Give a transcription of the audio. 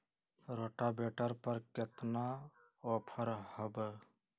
Rotavator पर केतना offer हव?